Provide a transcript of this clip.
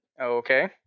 okay